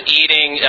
eating